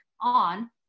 on